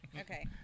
Okay